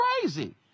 crazy